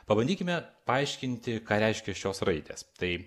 pabandykime paaiškinti ką reiškia šios raidės tai